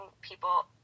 people